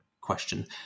question